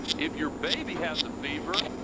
if your baby has a fever,